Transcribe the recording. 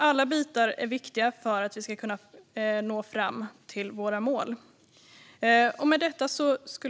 Alla bitar är dock viktiga för att vi ska kunna nå våra mål.